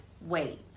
wait